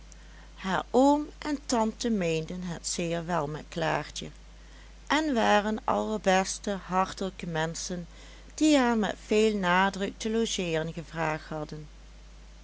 haar oom en tante meenden het zeer wel met klaartjen en waren allerbeste hartelijke menschen die haar met veel nadruk te logeeren gevraagd hadden